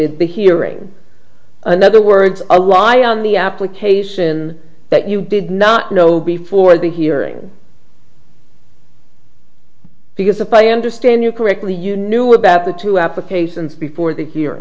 be hearing another words a lie on the application that you did not know before the hearing because the play understand you correctly you knew about the two applications before the hear